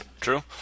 true